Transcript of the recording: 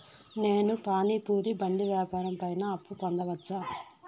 నేను పానీ పూరి బండి వ్యాపారం పైన అప్పు పొందవచ్చా?